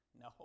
No